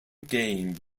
game